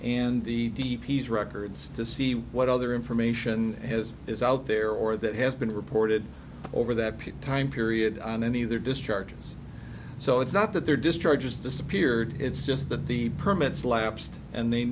and the d p s records to see what other information has is out there or that has been reported over that peak time period on any of their discharges so it's not that they're destroyed just disappeared it's just that the permits lapsed and they